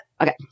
Okay